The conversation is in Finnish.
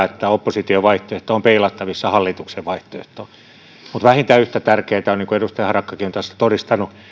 että opposition vaihtoehto on peilattavissa hallituksen vaihtoehtoon mutta vähintään yhtä tärkeätä niin kuin edustaja harakkakin on tässä todistanut